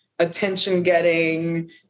attention-getting